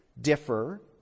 differ